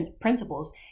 principles